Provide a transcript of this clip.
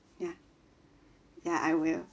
ya ya I will